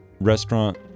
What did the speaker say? restaurant